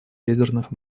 ядерных